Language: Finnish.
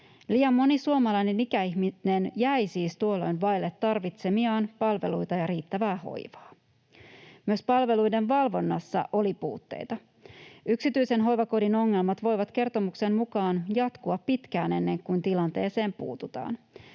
Liian moni suomalainen ikäihminen jäi siis tuolloin vaille tarvitsemiaan palveluita ja riittävää hoivaa. Myös palveluiden valvonnassa oli puutteita. Yksityisen hoivakodin ongelmat voivat kertomuksen mukaan jatkua pitkään ennen kuin tilanteeseen puututaan.